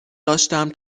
داشتم